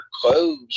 clothes